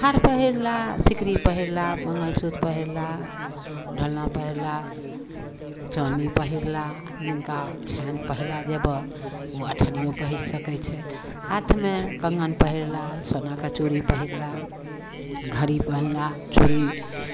हार पहिरलाह सिकरी पहिरलाह मङ्गलसूत्र पहिरलाह ढोलना पहिरलाह चानी पहिरलाह जिनका छनि पहिला जेवर ओ अट्ठनियो पहिर सकै छथि हाथमे कङ्गन पहिरलाह सोनाके चूड़ी पहिरलाह घड़ी पहिनलाह चूड़ी